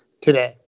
today